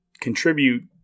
contribute